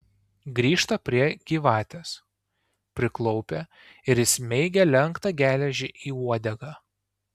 grįžta prie gyvatės priklaupia ir įsmeigia lenktą geležį į uodegą